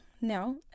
No